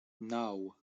naŭ